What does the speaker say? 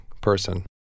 person